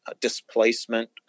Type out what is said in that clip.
Displacement